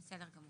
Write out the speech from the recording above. בסדר גמור.